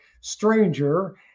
Stranger